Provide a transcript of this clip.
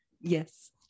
Yes